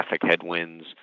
headwinds